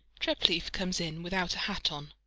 treplieff comes in without a hat on,